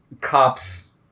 cops